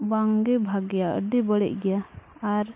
ᱵᱟᱝᱜᱮ ᱵᱷᱟᱜᱮᱭᱟ ᱟᱹᱰᱤ ᱵᱟᱹᱲᱤᱡ ᱜᱮᱭᱟ ᱟᱨ